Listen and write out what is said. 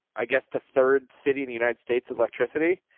i guess the third city in the united states with electricity.